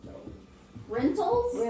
Rentals